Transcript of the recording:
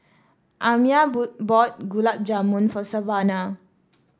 Amiah boot bought Gulab Jamun for Savana